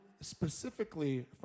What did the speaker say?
specifically